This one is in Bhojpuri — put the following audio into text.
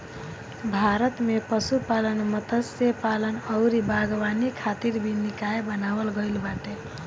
भारत में पशुपालन, मत्स्यपालन अउरी बागवानी खातिर भी निकाय बनावल गईल बाटे